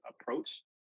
approach